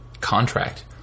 contract